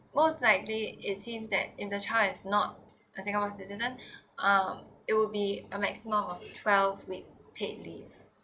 most likely it seems that if the child is not a singapore citizen uh it would be a maximum of twelve weeks paid leave